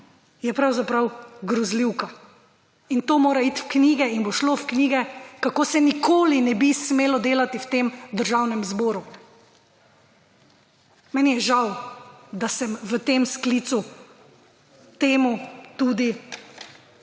je pravzaprav grozljivka. In to mora iti v knjige in bo šlo v knjige, kako se nikoli ne bi smelo delati v tem Državnem zboru. Meni je žal, da sem v tem sklicu temu tudi